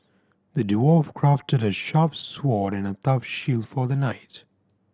the dwarf crafted a sharp sword and a tough shield for the knight